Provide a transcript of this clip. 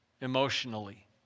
emotionally